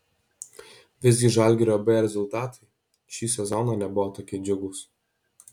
visgi žalgirio b rezultatai šį sezoną nebuvo tokie džiugūs